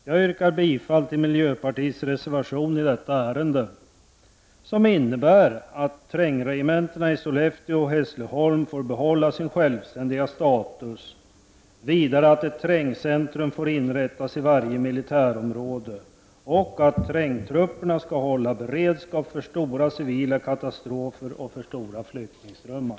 Jag yrkar bifall till miljöpartiets reservation i detta ärende som innebär att trängregementena i Sollefteå och Hässleholm får behålla sin självständiga status. Vidare innebär den att ett trängcentrum får inrättas i varje militärområde och att trängtrupperna skall hålla beredskap för stora civila katastrofer och för stora flyktingströmmar.